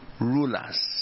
rulers